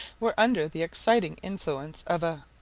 were under the exciting influence of a